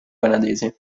canadese